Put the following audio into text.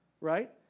right